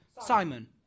Simon